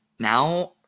now